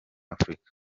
afurika